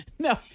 No